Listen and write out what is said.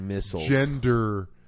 gender